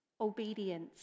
obedience